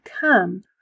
come